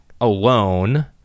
alone